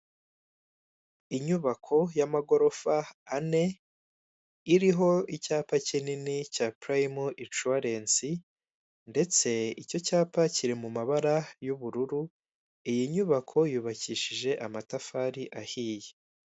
Inyubako y'amagorofa ane iriho icyapa kinini cya Prime Insurance ndetse icyo cyapa kiri mu mabara y'ubururu, iyi nyubako yubakishije amatafari ahiye.